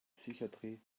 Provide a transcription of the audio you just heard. psychiatrie